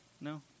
No